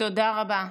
תודה רבה.